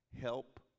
help